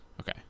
okay